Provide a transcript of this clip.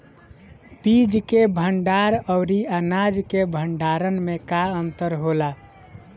बीज के भंडार औरी अनाज के भंडारन में का अंतर होला?